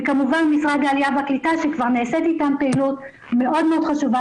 וכמובן משרד העליה והקליטה שכבר נעשית איתם פעילות מאוד חשובה,